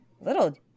Little